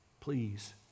please